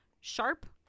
sharp